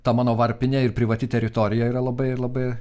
ta mano varpinė ir privati teritorija yra labai labai